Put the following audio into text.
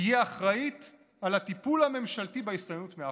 תהיה אחראית לטיפול הממשלתי בהסתננות מאפריקה.